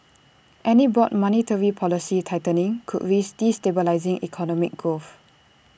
any broad monetary policy tightening could risk destabilising economic growth